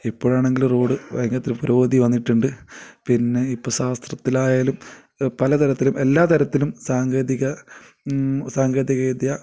ഇപ്പോഴാണെങ്കിൽ റോഡ് ഭയങ്കര പുരോഗതി വന്നിട്ടുണ്ട് പിന്നെ ഇപ്പോൾ ശാസ്ത്രത്തിലായാലും പലതരത്തിലും എല്ലാത്തരത്തിലും സാങ്കേതിക സാങ്കേതിക വിദ്യ